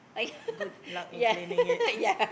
good luck in claiming it